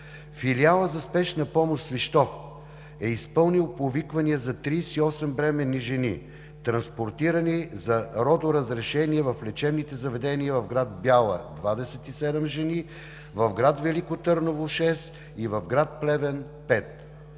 филиалът за спешна помощ – Свищов, е изпълнил повиквания за 38 бременни жени, транспортирани за родоразрешение в лечебните заведения в град Бяла – 27 жени, в град Велико Търново – 6, и в град Плевен – 5.